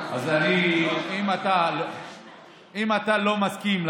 אם אתה לא מסכים,